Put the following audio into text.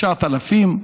9,000,